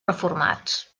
reformats